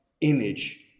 image